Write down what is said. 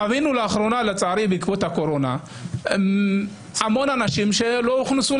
חווינו לאחרונה בעקבות הקורונה המון אנשים שלא הוכנסו